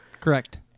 Correct